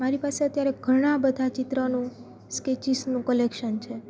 મારી પાસે અત્યારે ઘણા બધા ચિત્રનું સ્કેચીસનું કલેક્શન છે